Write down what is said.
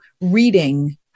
reading